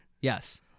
Yes